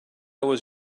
was